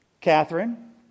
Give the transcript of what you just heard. Catherine